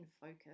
focus